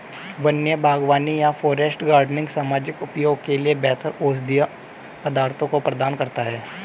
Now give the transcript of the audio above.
वन्य बागवानी या फॉरेस्ट गार्डनिंग सामाजिक उपयोग के लिए बेहतर औषधीय पदार्थों को प्रदान करता है